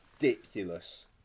ridiculous